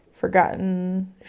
forgotten